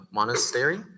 monastery